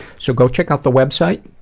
so go check out the website,